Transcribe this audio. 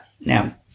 Now